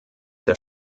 der